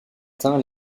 matin